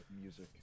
music